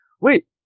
Wait